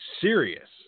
serious